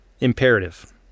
imperative